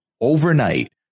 overnight